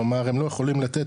כלומר הם לא יכולים לתת,